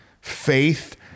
faith